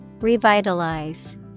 Revitalize